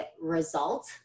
result